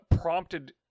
prompted